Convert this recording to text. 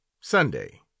Sunday